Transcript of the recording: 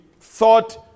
thought